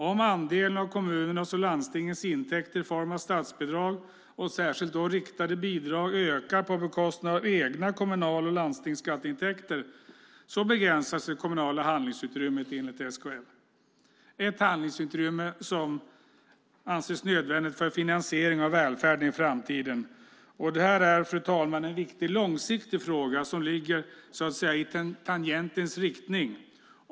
Om andelen av kommunernas och landstingens intäkter i form av statsbidrag, särskilt då riktade bidrag, ökar på bekostnad av egna kommun och landstingsskatteintäkter begränsas det kommunala handlingsutrymmet enligt SKL - ett handlingsutrymme som anses vara nödvändigt för finansieringen av välfärden i framtiden. Det här är, fru talman, en viktig långsiktig fråga som så att säga ligger i tangentens riktning.